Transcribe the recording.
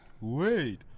Wait